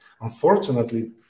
Unfortunately